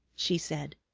she said.